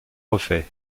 refait